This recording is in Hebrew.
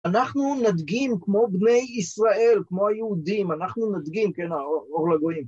אנחנו נדגים, כמו בני ישראל, כמו היהודים, אנחנו נדגים, כן, או-או לגויים